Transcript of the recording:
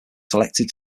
selected